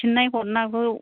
फिन्नाय हरनायखौ